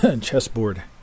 chessboard